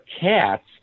cats